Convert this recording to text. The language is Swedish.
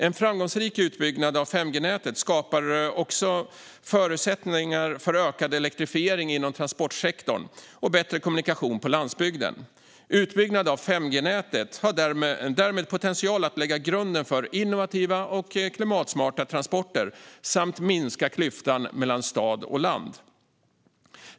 En framgångsrik utbyggnad av 5G-nätet skapar också förutsättningar för ökad elektrifiering inom transportsektorn och bättre kommunikation på landsbygden. Utbyggnaden av 5G-nätet har därmed potential att lägga grunden för innovativa och klimatsmarta transporter samt att minska klyftan mellan stad och land.